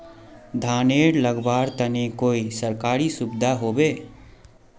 धानेर लगवार तने कोई सरकारी सुविधा होबे?